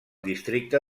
districte